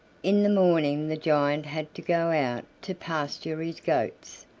in the morning the giant had to go out to pasture his goats,